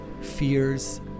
fears